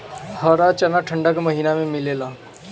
हरा चना ठंडा के महिना में मिलेला